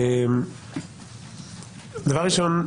דבר ראשון,